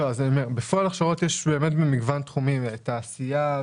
יש הכשרות במגוון תחומים תעשיה,